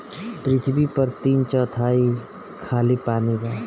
पृथ्वी पर तीन चौथाई खाली पानी बा